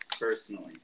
personally